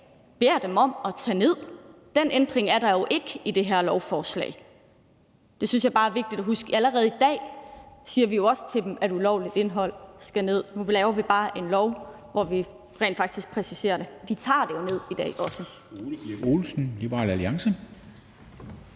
er det jo ikke en ændring, der er med i det her lovforslag. Det synes jeg bare er vigtigt at huske. Allerede i dag siger vi jo også til dem, at ulovligt indhold skal ned. Nu laver vi bare en lov, hvor vi rent faktisk præciserer det. De tager det jo også ned i dag.